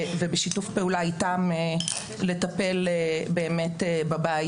ובשיתוף פעולה איתם לטפל בבעיה.